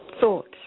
thoughts